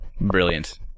brilliant